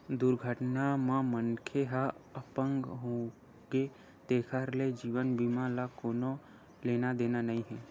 दुरघटना म मनखे ह अपंग होगे तेखर ले जीवन बीमा ल कोनो लेना देना नइ हे